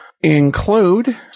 Include